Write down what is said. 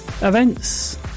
events